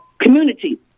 community